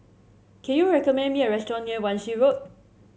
can you recommend me a restaurant near Wan Shih Road